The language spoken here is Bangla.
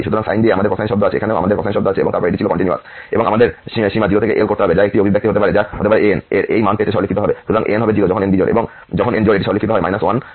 সুতরাং সাইন দিয়ে আমাদের কোসাইন শব্দ আছে এখানেও আমাদের কোসাইন শব্দ আছে এবং তারপর এটি ছিল কন্টিনিউয়াস এবং তারপর আমাদের সীমা 0 থেকে l করতে হবে যা এমন একটি অভিব্যক্তি হতে পারে যা হতে পারে an এর এই মান পেতে সরলীকৃত হবে